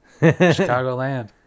Chicagoland